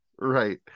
Right